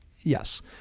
yes